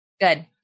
Good